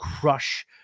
crush